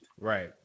Right